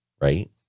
right